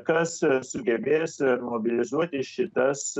kas sugebės mobilizuoti šitas